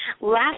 last